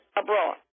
abroad